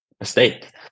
estate